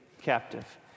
captive